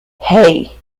hey